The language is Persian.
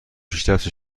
پیشرفت